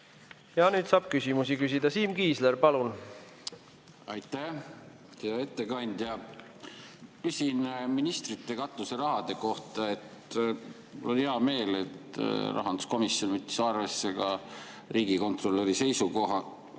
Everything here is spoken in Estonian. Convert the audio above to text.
Nüüd saab küsimusi küsida. Siim Kiisler, palun! Aitäh! Hea ettekandja! Küsin ministrite katuserahade kohta. Mul on hea meel, et rahanduskomisjon võttis arvesse riigikontrolöri seisukohta,